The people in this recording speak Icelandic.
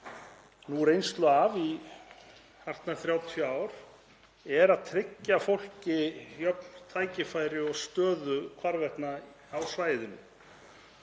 nú reynslu af í hartnær 30 ár, er að tryggja fólki jöfn tækifæri og stöðu hvarvetna á svæðinu.